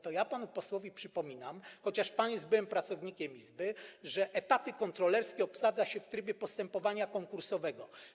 To ja panu posłowi przypominam, chociaż pan jest byłym pracownikiem izby, że etaty kontrolerskie obsadza się w trybie postępowania konkursowego.